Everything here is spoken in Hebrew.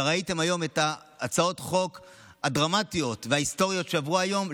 וראיתם היום את הצעות החוק הדרמטיות וההיסטוריות שעברו היום.